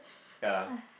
ya